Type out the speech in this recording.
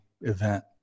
event